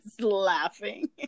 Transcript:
laughing